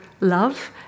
love